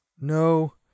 No